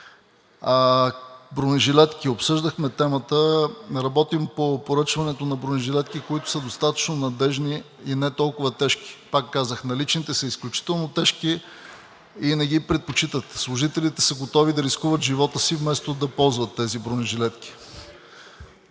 Обсъждахме темата, работим по поръчването на бронежилетки, които са достатъчно надеждни и не толкова тежки. Пак казвам, наличните са изключително тежки и не ги предпочитат. Служителите са готови да рискуват живота си, вместо да ползват тези бронежилетки.